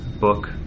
book